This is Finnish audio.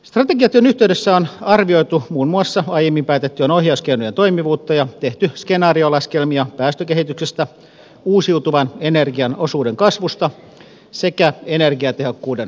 strategiatyön yhteydessä on arvioitu muun muassa aiemmin päätettyjen ohjauskeinojen toimivuutta ja tehty skenaariolaskelmia päästökehityksestä uusiutuvan energian osuuden kasvusta sekä energiatehokkuuden paranemisesta